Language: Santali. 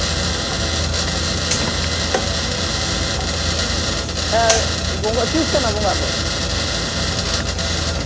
ᱦᱮᱸ ᱵᱚᱸᱜᱟ ᱛᱤᱥ ᱠᱟᱱᱟ ᱵᱚᱸᱜᱟᱜ ᱫᱚ